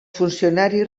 funcionaris